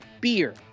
Beer